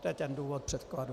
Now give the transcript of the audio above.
To je ten důvod předkladu.